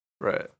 right